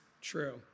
true